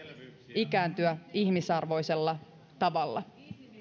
ikääntyä ihmisarvoisella tavalla